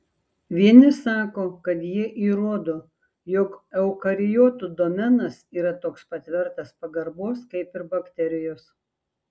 vieni sako kad jie įrodo jog eukariotų domenas yra toks pat vertas pagarbos kaip ir bakterijos